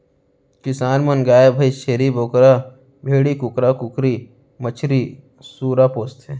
किसान मन गाय भईंस, छेरी बोकरा, भेड़ी, कुकरा कुकरी, मछरी, सूरा पोसथें